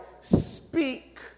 speak